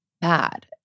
bad